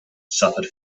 suffered